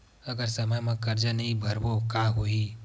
अगर समय मा कर्जा नहीं भरबों का होई?